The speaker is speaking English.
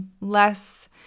less